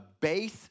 base